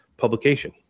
publication